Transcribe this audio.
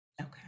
Okay